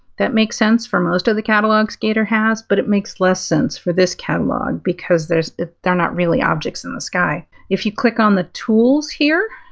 that makes sense for most of the catalogs gator has, but it makes less sense for this catalog because there's they're not really objects in the sky. if you click on the tools here,